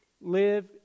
live